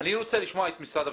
אני רוצה לשמוע את משרד הפנים.